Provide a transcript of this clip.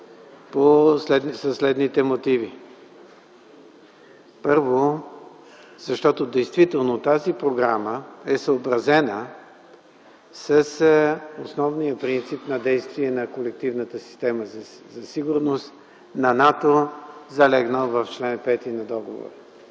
със следните мотиви. Първо, защото действително тази програма е съобразена с основния принцип на действие на колективната система за сигурност на НАТО, залегнал в чл. 5 от договора.